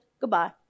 Goodbye